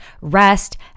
rest